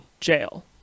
jail